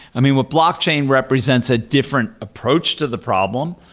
i mean, what blockchain represents a different approach to the problem,